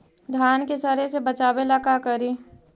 धान के सड़े से बचाबे ला का करि?